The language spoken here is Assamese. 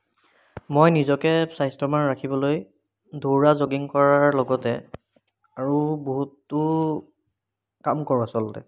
মই নিজকে স্বাস্থ্যবান ৰাখিবলৈ দৌৰা জগিং কৰাৰ লগতে আৰু বহুতো কাম কৰোঁ আচলতে